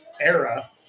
era